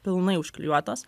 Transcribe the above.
pilnai užklijuotos